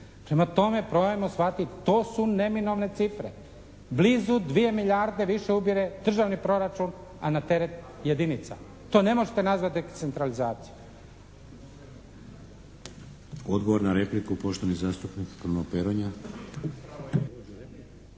Prema tome, probajmo shvatiti to su neminovne cifre. Blizu dvije milijarde više ubire državni proračun, a na teret jedinica. To ne možete nazvati decentralizacija.